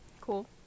Cool